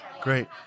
Great